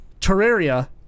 Terraria